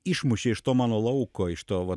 išmušė iš to mano lauko iš to va